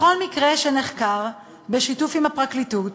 בכל מקרה שנחקר בשיתוף עם הפרקליטות,